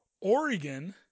Oregon